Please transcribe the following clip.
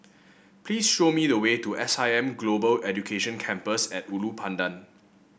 please show me the way to S I M Global Education Campus at Ulu Pandan